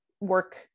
work